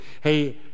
Hey